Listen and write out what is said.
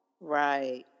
Right